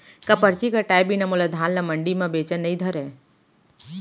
का परची कटाय बिना मोला धान ल मंडी म बेचन नई धरय?